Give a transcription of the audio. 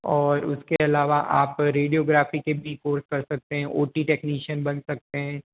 और उसके अलावा आप रेडियोग्राफी के भी कोर्स कर सकते हैं ओ टी टेक्निशियन भी बन सकते हैं